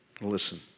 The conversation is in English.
Listen